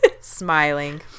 smiling